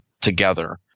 together